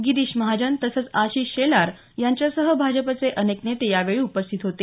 गिरीश महाजन तसंच आशिष शेलार यांच्यासह भाजपचे अनेक नेते यावेळी उपस्थित होते